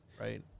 right